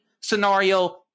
scenario